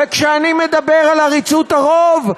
וכשאני מדבר על עריצות הרוב,